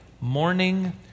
morning